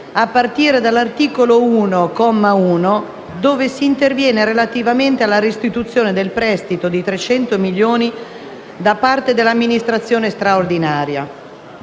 a partire dall'articolo 1, comma 1, dove si interviene relativamente alla restituzione del prestito di 300 milioni di euro da parte dell'amministrazione straordinaria.